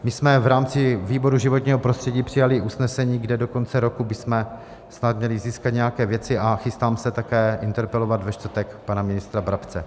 My jsme v rámci výboru pro životní prostředí přijali usnesení, kde do konce roku bychom snad měli získat nějaké věci, a chystám se také interpelovat ve čtvrtek pana ministra Brabce.